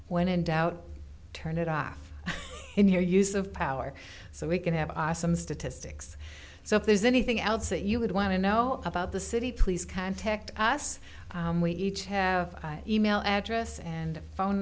when in doubt turn it off in your use of power so we can have some statistics so if there's anything else that you would want to know about the city please contact us we each have e mail address and phone